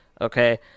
okay